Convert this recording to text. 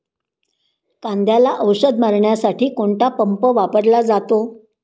कांद्याला औषध मारण्यासाठी कोणता पंप वापरला जातो?